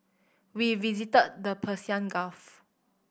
we visited the Persian Gulf